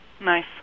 Nice